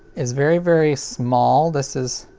is very very small, this is,